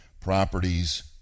properties